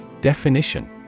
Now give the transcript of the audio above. Definition